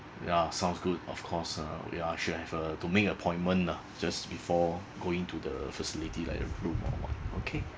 yeah sounds good of course uh we are should have uh to make appointment lah just before going to the facility like a room or what okay